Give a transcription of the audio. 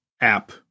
app